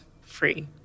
free